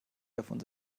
davon